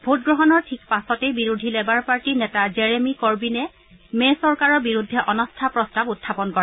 ভোটগ্ৰহণৰ ঠিক পাছতেই বিৰোধী লেবাৰ পাৰ্টীৰ নেতা জেৰেমি কৰ্বিনে মে চৰকাৰৰ বিৰুদ্ধে অনাস্থা প্ৰস্তাৱ উখাপন কৰে